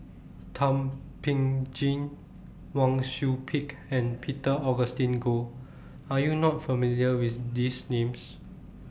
Thum Ping Tjin Wang Sui Pick and Peter Augustine Goh Are YOU not familiar with These Names